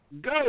Go